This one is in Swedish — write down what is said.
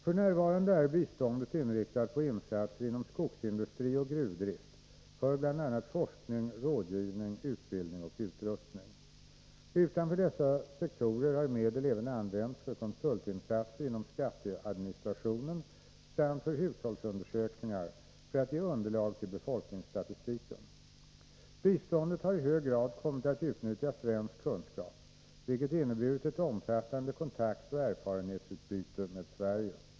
F. n. är biståndet inriktat på insatser inom skogsindustri och gruvdrift för bl.a. forskning, rådgivning, utbildning och utrustning. Utanför dessa sektorer har medel även använts för konsultinsatser inom skatteadministration samt för hushållsundersökningar för att ge underlag till befolkningsstatistiken. Biståndet har i hög grad kommit att utnyttja svensk kunskap, vilket inneburit ett omfattande kontaktoch erfarenhetsutbyte med Sverige.